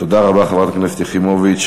תודה רבה, חברת הכנסת יחימוביץ.